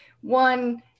one